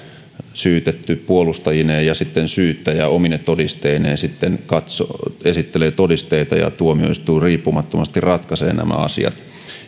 syytetty puolustajineen ja ja syyttäjä omine todisteineen esittelee todisteita ja tuomioistuin riippumattomasti ratkaisee nämä asiat